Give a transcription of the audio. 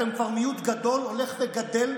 אתם כבר מיעוט גדול, הולך וגדל,